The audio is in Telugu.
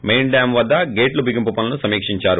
మెయిన్ డ్యామ్ వద్ద గేట్ల బిగింపు పనులను సమీక్షించారు